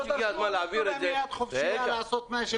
נותנים להם יד חופשית לעשות מה שהם רוצים בחוות הבודדים.